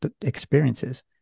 experiences